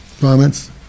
Comments